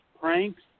pranks